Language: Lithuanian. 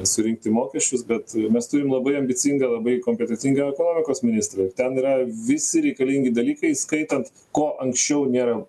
surinkti mokesčius bet mes turim labai ambicingą labai kompetentingą ekonomikos ministrą juk ten yra visi reikalingi dalykai įskaitant ko anksčiau nėra